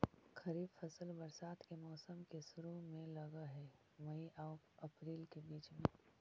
खरीफ फसल बरसात के मौसम के शुरु में लग हे, मई आऊ अपरील के बीच में